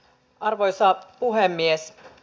arvoisa puhemies